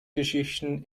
geschichten